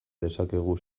dezakegu